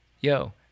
yo